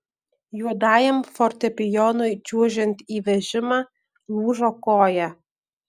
juodajam fortepijonui čiuožiant į vežimą lūžo koja